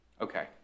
Okay